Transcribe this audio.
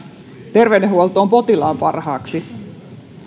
terveydenhuolto on potilaan parhaaksi